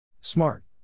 Smart